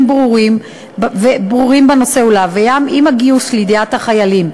ברורים בנושא ולהביאם עם הגיוס לידיעת החיילים.